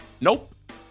nope